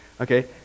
Okay